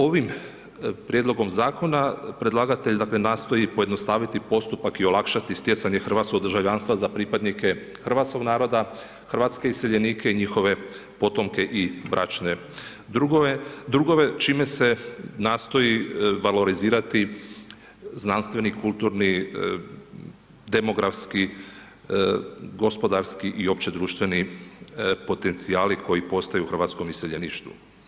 Ovim prijedlogom zakona, predlagatelj nastoji pojednostaviti postupak i olakšati stjecanje hrvatskog državljanstva za pripadnike hrvatskog naroda, hrvatske iseljenike i njihove potomke i bračne drugove čime se nastoji valorizirati znanstveni, kulturni, demografski, gospodarski i opći društveni potencijali koji postoje u hrvatskom iseljeništvu.